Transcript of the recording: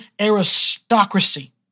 aristocracy